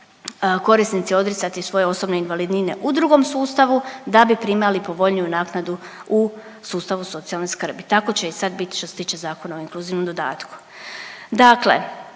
korisnici odricati svoje osobne invalidnine u drugom sustavu, da bi primali povoljniju naknadu u sustavu socijalne skrbi. Tako će i sad bit što se tiče Zakona o inkluzivnom dodatku.